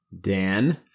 Dan